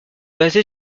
basé